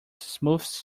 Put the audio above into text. smooths